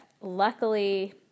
luckily